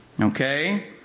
Okay